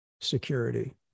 security